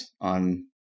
on